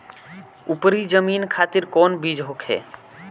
उपरी जमीन खातिर कौन बीज होखे?